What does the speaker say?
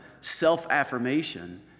self-affirmation